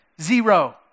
Zero